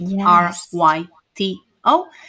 R-Y-T-O